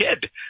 kid